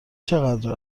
چقدر